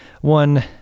one